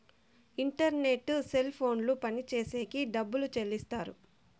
internet cell ఫోన్లు పనిచేసేకి డబ్బులు చెల్లిస్తారు